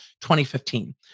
2015